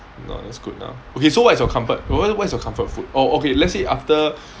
no that's good lah okay so what is your comfort or rather what is your comfort food oh okay let's say after